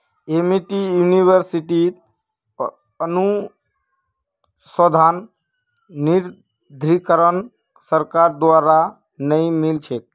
Amity यूनिवर्सिटीत अनुसंधान निधीकरण सरकार द्वारा नइ मिल छेक